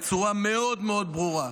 בצורה מאוד מאוד ברורה.